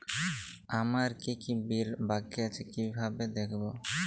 আমার কি কি বিল বাকী আছে কিভাবে দেখবো?